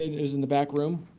it it was in the back room.